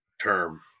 term